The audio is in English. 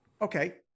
Okay